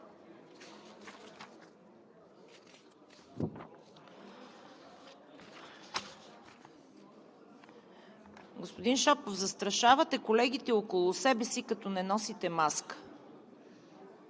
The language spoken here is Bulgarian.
Господин Шопов, застрашавате колегите около себе си, като не носите маска.